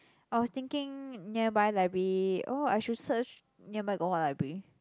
I was thinking nearby library oh I should search nearby got what library